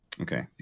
okay